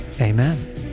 amen